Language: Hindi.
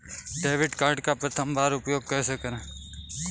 डेबिट कार्ड का प्रथम बार उपयोग कैसे करेंगे?